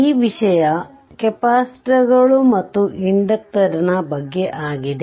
ಈ ವಿಷಯ ಕೆಪಾಸಿಟರ್ಗಳು ಮತ್ತು ಇಂಡಕ್ಟರ್ನ ಬಗ್ಗೆ ಆಗಿದೆ